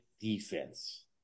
defense